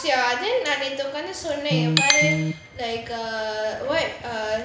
ya sia then நான் நேத்து உட்கார்ந்து சொன்னேன் இங்க பாரு:naan nethu utkarnthu sonnaen inga paaru like uh [what] uh